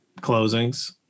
Closings